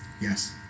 yes